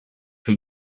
who